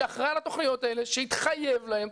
שאחראי על התכניות האלה שהתחייב להן,